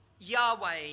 Yahweh